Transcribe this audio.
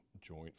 Joint